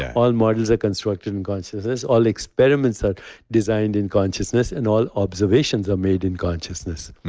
all models are constructed in consciousness. all experiments are designed in consciousness, and all observations are made in consciousness